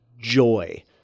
joy